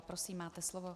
Prosím, máte slovo.